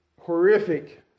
horrific